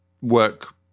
work